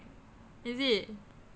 is it